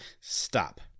Stop